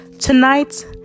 Tonight